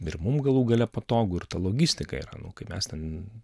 ir mum galų gale patogu ir ta logistika yra nu kai mes ten